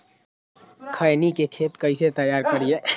खैनी के खेत कइसे तैयार करिए?